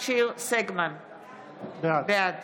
בעד